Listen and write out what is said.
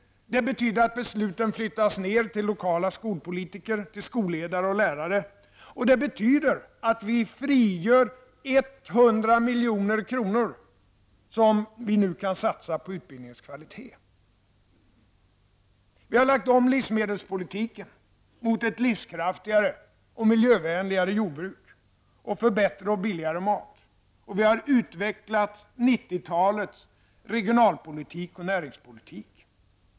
Besluten flyttas ned till lokala skolpolitiker, skolledare och lärare. Det betyder också att vi frigör 100 milj.kr., som nu kan satsas på utbildningens kvalitet. Vi har lagt om livsmedelspolitiken mot ett livskraftigare och miljövänligare jordbruk och för bättre och billigare mat. Vi har utvecklat 90-talets regionalpolitik och näringspolitik.